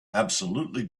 absolutely